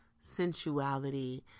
sensuality